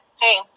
hey